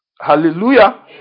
Hallelujah